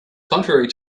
contrary